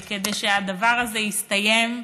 כדי שהדבר הזה יסתיים במהרה.